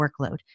workload